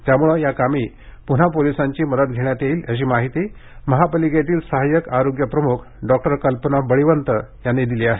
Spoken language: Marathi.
त्यामुळे याकामी पुन्हा पोलीसांची मदत घेण्यात येणार आहे अशी माहिती महापालिकेतील सहाय्यक आरोग्य प्रमुख डॉक्टर कल्पना बळीवंत यांनी दिली आहे